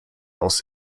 aus